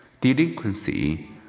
delinquency